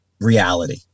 reality